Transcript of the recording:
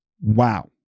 Wow